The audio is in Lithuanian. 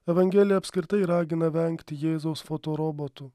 evangelija apskritai ragina vengti jėzaus fotorobotų